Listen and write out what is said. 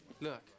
Look